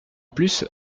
plus